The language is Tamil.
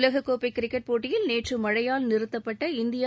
உலக கோப்பை கிரிக்கெட் போட்டியில் நேற்று மழையால் நிறுத்தப்பட்ட இந்தியா